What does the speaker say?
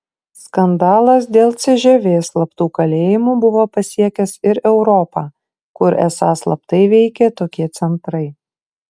skandalas dėl cžv slaptų kalėjimų buvo pasiekęs ir europą kur esą slaptai veikė tokie centrai